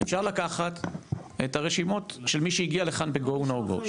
אפשר לקחת את הרשימות של מי שהגיע לכן ב-"go/no go",